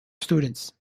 students